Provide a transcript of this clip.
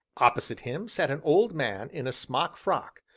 opposite him sat an old man in a smock frock,